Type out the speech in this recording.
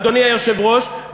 אדוני היושב-ראש,